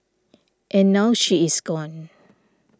and now she is gone